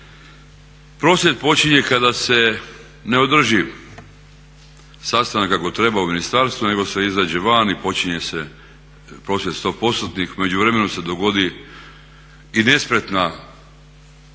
Prosvjed počinje se kada se ne održi sastanak kako treba u ministarstvu nego se izađe van i počinje se prosvjed 100%-nih. U međuvremenu se dogodi i nespretan